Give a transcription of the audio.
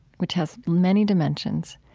which has many dimensions,